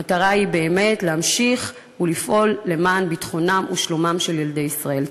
המטרה היא באמת להמשיך לפעול למען ביטחונם ושלומם של ילדי ישראל.